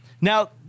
Now